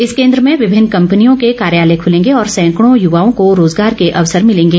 इस केन्द्र में विभिन्न कम्पनियों के कार्यालय खूलेंगे और सैंकड़ों युवाओं को रोज़गार के अवसर मिलेंगे